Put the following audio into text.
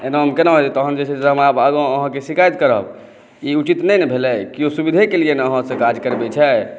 एनामे केना हेतै तहन जे छै से हमरा आगाँ अहाँके शिकायत करब ई उचित नहि ने भेलै केओ सुविधे के लिये ने अहाँसे काज करबै छै